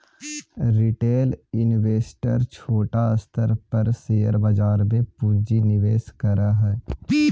retail investor छोटा स्तर पर शेयर बाजार में पूंजी निवेश करऽ हई